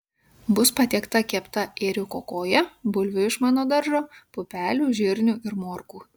bus patiekta kepta ėriuko koja bulvių iš mano daržo pupelių žirnių ir morkų